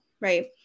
right